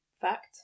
fact